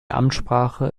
amtssprache